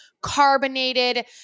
carbonated